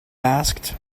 asked